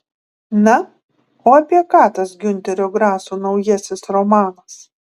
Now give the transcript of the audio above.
na o apie ką tas giunterio graso naujasis romanas